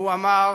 הוא אמר: